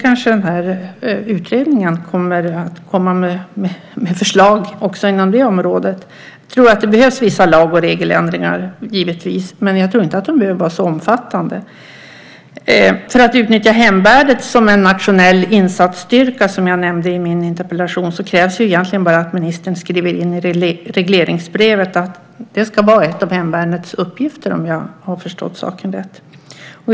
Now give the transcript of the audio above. Kanske utredningen kommer att komma med förslag också inom det området. Jag tror att det behövs vissa lag och regeländringar givetvis, men jag tror inte att de behöver vara så omfattande. För att utnyttja hemvärnet som en nationell insatsstyrka, som jag nämnde i min interpellation, krävs egentligen bara att ministern skriver in i regleringsbrevet att det ska vara en av hemvärnets uppgifter, om jag har förstått saken rätt.